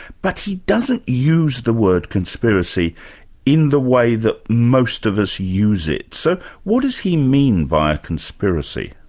but he doesn't use the word conspiracy in the way that most of us use it. so what does he mean by a conspiracy?